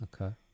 Okay